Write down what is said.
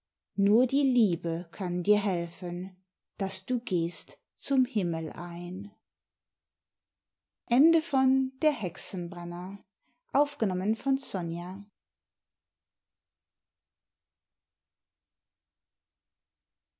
nur die liebe kann dir helfen daß du gehst zum himmel ein